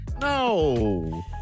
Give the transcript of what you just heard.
No